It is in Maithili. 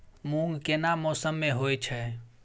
मूंग केना मौसम में होय छै?